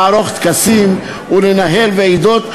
לערוך טקסים ולנהל ועידות,